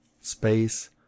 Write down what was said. space